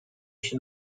się